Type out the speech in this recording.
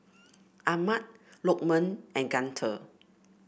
Ahmad Lokman and Guntur